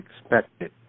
expected